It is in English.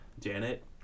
Janet